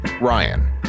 Ryan